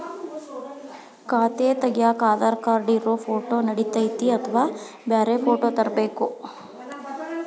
ಖಾತೆ ತಗ್ಯಾಕ್ ಆಧಾರ್ ಕಾರ್ಡ್ ಇರೋ ಫೋಟೋ ನಡಿತೈತ್ರಿ ಅಥವಾ ಬ್ಯಾರೆ ಫೋಟೋ ತರಬೇಕೋ?